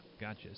Gotcha